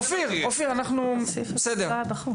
אופיר, בסדר.